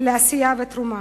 לעשייה ולתרומה,